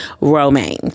Romaine